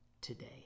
today